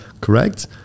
correct